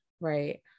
Right